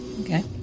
okay